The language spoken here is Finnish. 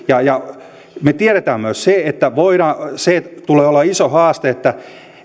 ja ja me tiedämme myös sen että tulee olemaan iso haaste